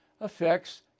affects